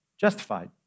justified